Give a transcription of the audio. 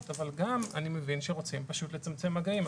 אבל גם אני מבין שרוצים פשוט לצמצם מגעים.